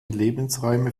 lebensräume